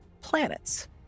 planets